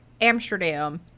Amsterdam